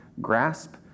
grasp